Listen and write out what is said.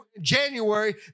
January